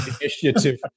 Initiative